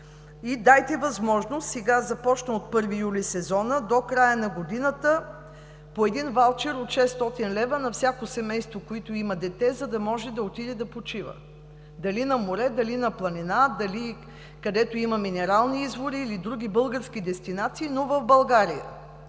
ресурс, от 1 юли започна сезонът до края на годината дайте по един ваучер от 600 лв. на всяко семейство, което има дете, за да може да отиде да почива – дали на море, дали на планина, дали където има минерални извори или други български дестинации, но в България.